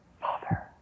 Father